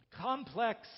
complex